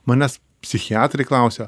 manęs psichiatrai klausia